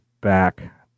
back